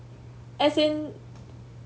as in